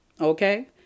Okay